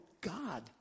God